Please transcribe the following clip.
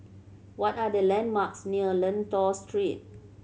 what are the landmarks near Lentor Street